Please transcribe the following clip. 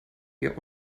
wir